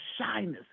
shyness